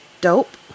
dope